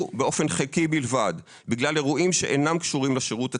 באופן חלקי בלבד בגלל אירועים שאינם קשורים לשירות הצבאי,